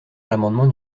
l’amendement